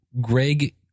Greg